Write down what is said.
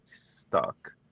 stuck